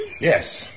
Yes